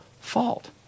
fault